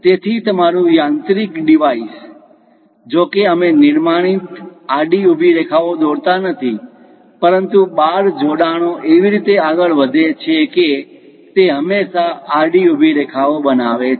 તેથી તમારું યાંત્રિક ડિવાઇસ જોકે અમે નિર્માણિત આડી ઊભી રેખાઓ દોરતા નથી પરંતુ બાર જોડાણો એવી રીતે આગળ વધે છે કે તે હંમેશા આડી ઊભી રેખા ઓ બનાવે છે